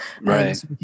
right